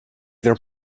their